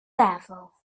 tafel